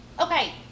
Okay